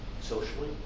socially